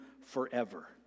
forever